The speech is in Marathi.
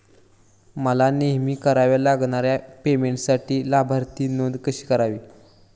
मला नेहमी कराव्या लागणाऱ्या पेमेंटसाठी लाभार्थी नोंद कशी करावी?